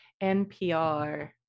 NPR